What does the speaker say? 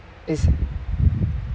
is